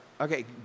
Okay